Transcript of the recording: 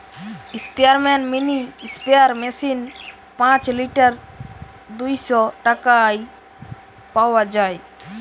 স্পেয়ারম্যান mini sprayer machine পাঁচ litre দুইশ টাকায় পাওয়া যায়